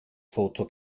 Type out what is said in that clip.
foto